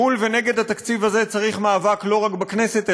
מול ונגד התקציב הזה צריך מאבק לא רק בכנסת,